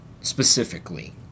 specifically